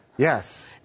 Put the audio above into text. Yes